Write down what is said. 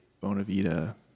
Bonavita